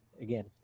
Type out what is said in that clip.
again